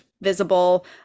visible